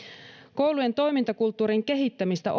koulujen toimintakulttuurin kehittämistä